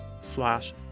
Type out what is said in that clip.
slash